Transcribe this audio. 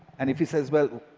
and if he says, well,